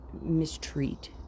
mistreat